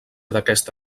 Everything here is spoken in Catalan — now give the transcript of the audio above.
d’aquesta